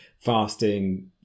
fasting